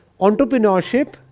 Entrepreneurship